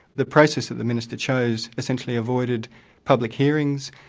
the process that the minister chose essentially avoided public hearings.